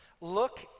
look